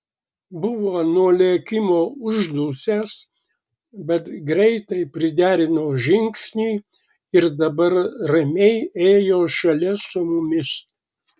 buvo nuo lėkimo uždusęs bet greitai priderino žingsnį ir dabar ramiai ėjo šalia su mumis